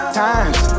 times